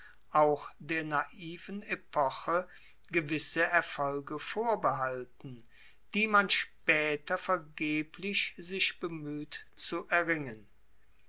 auch der naiven epoche gewisse erfolge vorbehalten die man spaeter vergeblich sich bemueht zu erringen